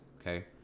okay